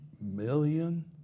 million